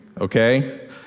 okay